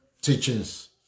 teachings